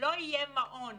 לא יהיה מעון